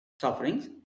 sufferings